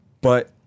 But-